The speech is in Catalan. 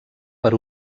per